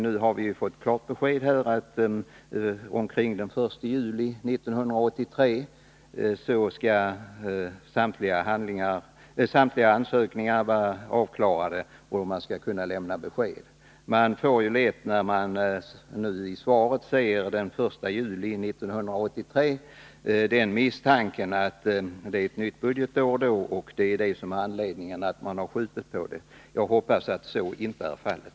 Nu har vi fått klart besked om att omkring den 1 juli 1983 skall samtliga ansökningar vara avklarade och att lantbruksnämnderna då skall kunna lämna besked. När man i svaret ser att det står den 1 juli 1983 och med tanke på att det då är nytt budgetår, får man misstanken att just detta är anledningen till att man skjutit på handläggningen. Jag hoppas att så inte är fallet.